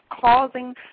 causing